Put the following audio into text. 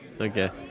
Okay